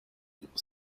ihres